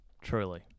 truly